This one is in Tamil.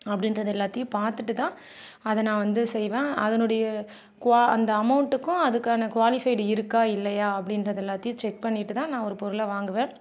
அப்படின்றது எல்லாத்தையும் பார்த்துட்டு தான் அதை நான் வந்து செய்வேன் அதனுடைய அந்த அமௌண்ட்டுக்கும் அதுக்கான குவாலிஃபைடு இருக்கா இல்லையா அப்படின்றது எல்லாத்தையும் செக் பண்ணிட்டு தான் நான் ஒரு பொருளை வாங்குவேன்